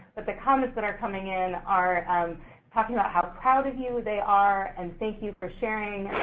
but the comments that are coming in are of talking about how proud of you they are and thank you for sharing,